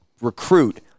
recruit